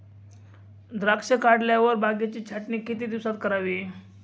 द्राक्षे काढल्यावर बागेची छाटणी किती दिवसात करावी?